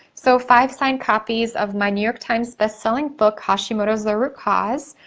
so, five signed copies of my new york times best selling book, hashimoto's the root cause.